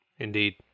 Indeed